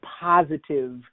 positive